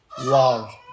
love